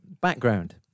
background